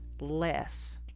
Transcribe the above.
less